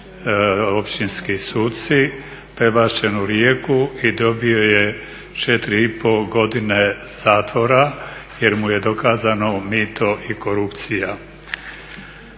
općinski suci, prebačen u Rijeko i dobio je 4,5 godine zatvora jer mu je dokazano mito i korupcija.